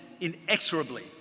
inexorably